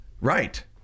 Right